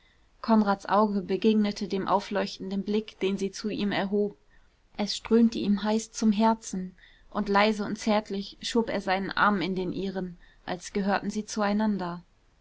konrads auge begegnete dem aufleuchtenden blick den sie zu ihm erhob es strömte ihm heiß zum herzen und leise und zärtlich schob er seinen arm in den ihren als gehörten sie zueinander